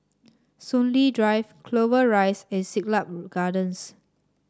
Soon Lee Drive Clover Rise and Siglap Gardens